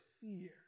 fear